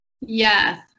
Yes